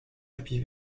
tapis